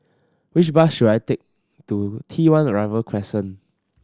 which bus should I take to T One Arrival Crescent